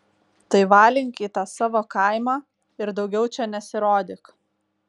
tai valink į tą savo kaimą ir daugiau čia nesirodyk